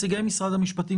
כמו חבר הכנסת בגין,